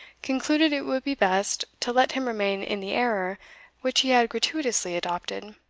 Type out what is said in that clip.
concluded it would be best to let him remain in the error which he had gratuitously adopted.